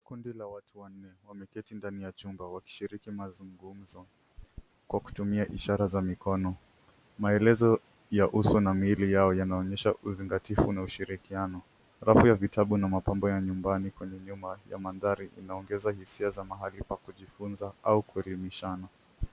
Kundi la watu wanne wameketi ndani ya chumba wakishiriki mazungumzo kwa kutumia ishara za mikono . Maelezo ya uso na miili yao yanaonyesha uzingatifu na ushirikiano . Rafu ya vitabu na mapambo ya nyumbani kwenye nyuma ya mandhari inaongeza hisia za mahali pa kujifunza au kuelimishana.